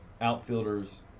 outfielders